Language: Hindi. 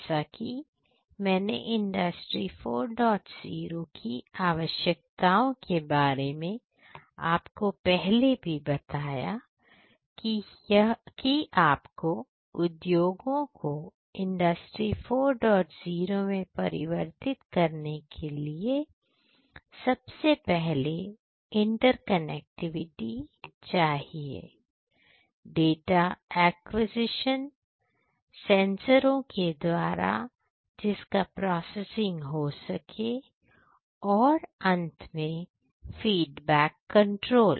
जैसा की मैंने इंडस्ट्री 40 की आवश्यकताओं के बारे में आपको पहले भी बताया है कि आपको उद्योगों को इंडस्ट्री 400 में परिवर्तित करने के लिए सबसे पहले इंटरकनेक्टिविटी चाहिए डाटा एक्विजिशन सेंसर ओं के द्वारा जिसका प्रोसेसिंग हो सके और उसके बाद अंत में फीडबैक कंट्रोल